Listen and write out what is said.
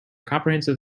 comprehensive